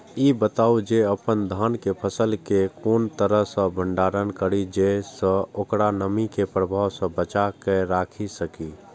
ई बताऊ जे अपन धान के फसल केय कोन तरह सं भंडारण करि जेय सं ओकरा नमी के प्रभाव सं बचा कय राखि सकी?